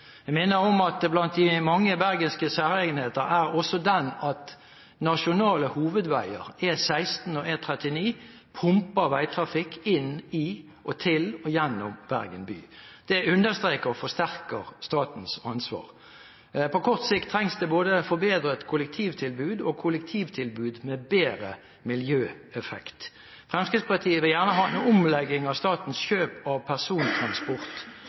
Jeg minner om at blant de mange bergenske særegenheter er også den at nasjonale hovedveier, E16 og E39, pumper veitrafikk inn i, til og gjennom Bergen by. Det understreker og forsterker statens ansvar. På kort sikt trengs det både forbedret kollektivtilbud og kollektivtilbud med bedre miljøeffekt. Fremskrittspartiet vil gjerne ha en omlegging av statens kjøp av persontransport,